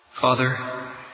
Father